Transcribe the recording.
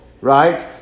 right